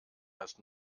das